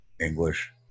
English